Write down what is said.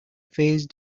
phase